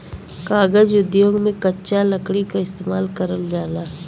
कागज उद्योग में कच्चा लकड़ी क इस्तेमाल करल जाला